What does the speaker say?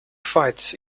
fights